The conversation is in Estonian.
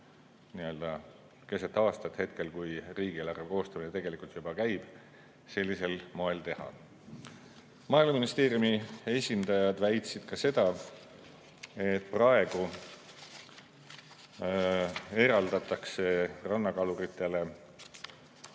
võimalik keset aastat, hetkel kui riigieelarve koostamine juba käib, sellisel moel teha. Maaeluministeeriumi esindajad väitsid ka seda, et praegu eraldatakse rannakaluritele